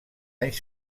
anys